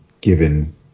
given